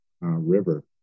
River